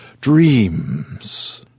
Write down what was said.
dreams